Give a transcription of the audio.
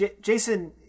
Jason